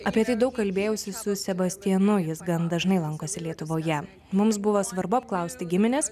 apie tai daug kalbėjausi su sebastianu jis gan dažnai lankosi lietuvoje mums buvo svarbu apklausti gimines